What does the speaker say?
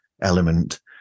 element